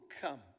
come